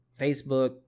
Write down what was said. facebook